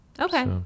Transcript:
Okay